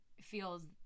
feels